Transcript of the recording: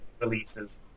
releases